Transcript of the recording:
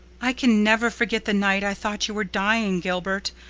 i can never forget the night i thought you were dying, gilbert.